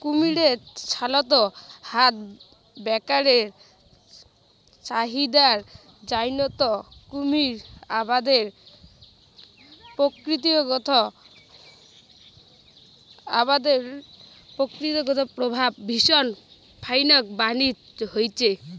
কুমীরের ছালত হাত ব্যাগের চাহিদার জইন্যে কুমীর আবাদের প্রকৃতিগত প্রভাব ভীষণ ফাইকবানী হইচে